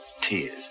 tears